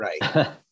right